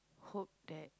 hope that